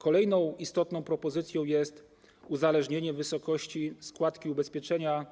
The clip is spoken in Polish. Kolejną istotną propozycją jest uzależnienie wysokości składki ubezpieczenia